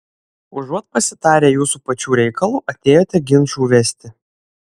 užuot pasitarę jūsų pačių reikalu atėjote ginčų vesti